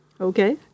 Okay